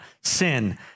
sin